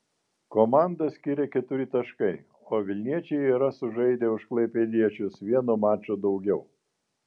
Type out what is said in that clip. komandas skiria keturi taškai o vilniečiai yra sužaidę už klaipėdiečius vienu maču daugiau